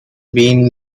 been